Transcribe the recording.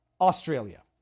Australia